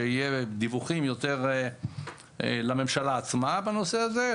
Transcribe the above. שיהיה דיווחים יותר לממשלה עצמה בנושא הזה.